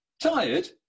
tired